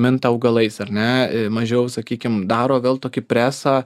minta augalais ar ne mažiau sakykim daro gal tokį presą